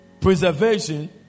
preservation